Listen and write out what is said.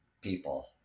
people